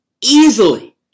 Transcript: easily